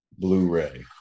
Blu-ray